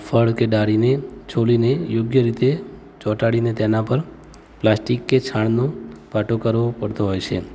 ફળ કે ડાળીને છોલીને યોગ્ય રીતે ચોંટાડીને તેના પર પ્લાસ્ટિક કે છાણનો પાટો કરવો પડતો હોય છે